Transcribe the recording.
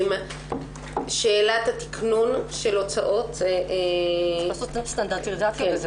שאלת התיקנון של ההוצאות --- צריך לקבוע סטנדרטיזציה לזה.